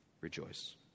rejoice